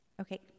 Okay